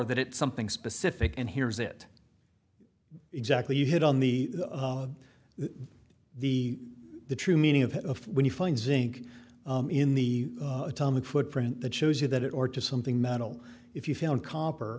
that it something specific and hears it exactly you hit on the the the true meaning of if when you find zinc in the atomic footprint that shows you that it or to something metal if you found copper